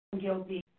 guilty